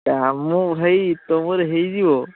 କାମ ଭାଇ ତୁମର ହେଇଯିବ